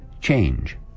change